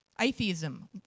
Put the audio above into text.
Atheism